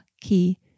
key